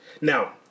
Now